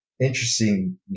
interesting